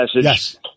Yes